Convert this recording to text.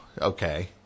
okay